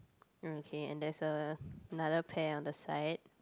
okay and there's a another pear on the side